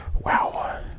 Wow